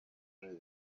areba